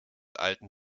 alten